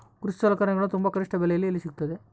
ಕೃಷಿ ಸಲಕರಣಿಗಳು ತುಂಬಾ ಕನಿಷ್ಠ ಬೆಲೆಯಲ್ಲಿ ಎಲ್ಲಿ ಸಿಗುತ್ತವೆ?